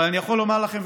אבל אני יכול לומר לכם,